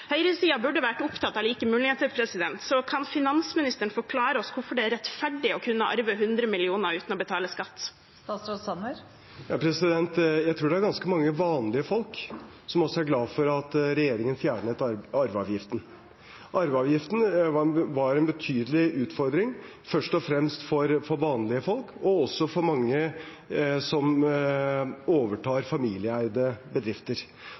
burde vært opptatt av like muligheter. Kan finansministeren forklare oss hvorfor det er rettferdig å kunne arve 100 mill. kr uten å betale skatt? Jeg tror det er ganske mange vanlige folk som også er glad for at regjeringen fjernet arveavgiften. Arveavgiften var en betydelig utfordring, først og fremst for vanlige folk, men også for mange som overtar familieeide bedrifter.